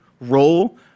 role